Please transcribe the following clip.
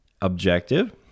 objective